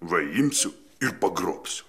va imsiu ir pagrobsiu